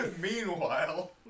Meanwhile